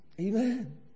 Amen